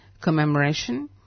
commemoration